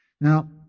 Now